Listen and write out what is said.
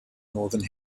northern